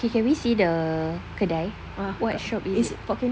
okay can we see the kedai what shop is